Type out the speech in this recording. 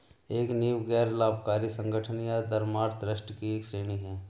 एक नींव गैर लाभकारी संगठन या धर्मार्थ ट्रस्ट की एक श्रेणी हैं